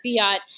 fiat